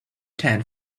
tent